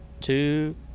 two